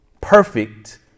Perfect